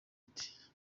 ati